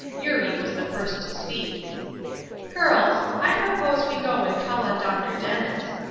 eurie was the first to speak girls, i propose we go and call on dr. dennis.